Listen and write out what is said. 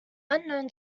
unknown